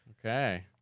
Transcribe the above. Okay